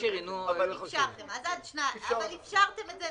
אבל אפשרתם את זה,